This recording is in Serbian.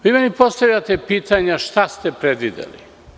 Vi meni postavljate pitanja - šta ste predvideli?